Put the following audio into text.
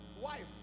wives